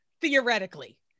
theoretically